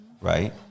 right